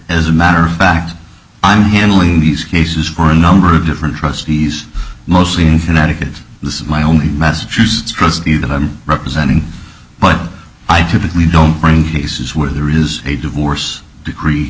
as a matter of fact i'm handling these cases for a number of different trustees mostly in connecticut this is my only massachusetts trust me that i'm representing but i typically don't bring cases where there is a divorce decree